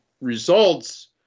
results